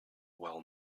well